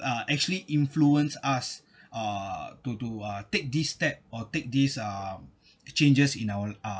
uh actually influence us uh to to uh take this step or take these uh changes in our l~ uh